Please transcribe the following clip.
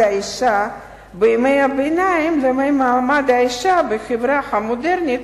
האשה בימי הביניים לבין מעמד האשה בחברה המודרנית,